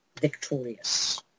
victorious